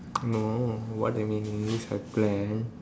no what I mean is I plan